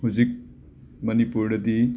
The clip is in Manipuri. ꯍꯨꯖꯤꯛ ꯃꯅꯤꯄꯨꯔꯗꯗꯤ